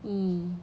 mm